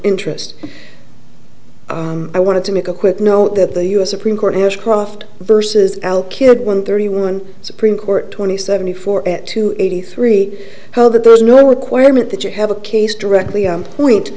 interest i wanted to make a quick note that the u s supreme court has croft versus al killed one thirty one supreme court twenty seventy four at two eighty three held that there is no requirement that you have a case directly on point